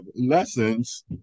lessons